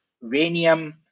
uranium